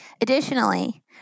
Additionally